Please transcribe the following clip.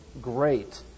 great